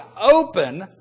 open